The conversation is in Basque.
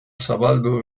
zabaldu